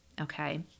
okay